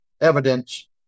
evidence